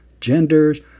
genders